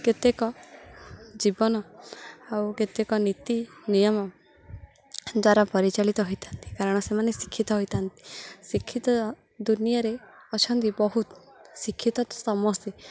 କେତେକ ଜୀବନ ଆଉ କେତେକ ନୀତି ନିୟମ ଦଵାରା ପରିଚାଳିତ ହୋଇଥାନ୍ତି କାରଣ ସେମାନେ ଶିକ୍ଷିତ ହୋଇଥାନ୍ତି ଶିକ୍ଷିତ ଦୁନିଆରେ ଅଛନ୍ତି ବହୁତ ଶିକ୍ଷିତ ତ ସମସ୍ତେ